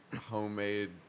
homemade